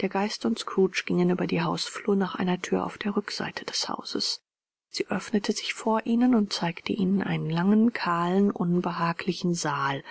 der geist und scrooge gingen über die hausflur nach einer thür auf der rückseite des hauses sie öffnete sich vor ihnen und zeigte ihnen einen langen kahlen unbehaglichen saal